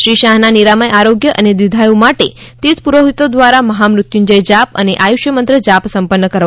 શ્રી શાહના નિરામય આરોગ્ય અને દીર્ઘાયુ માટે તીર્થ પુરોહિતો દ્વારા મહામૃત્યુંજય જાપ અને આયુશ્યમંત્ર જાપ સંપન્ન કરવામાં આવ્યા હતા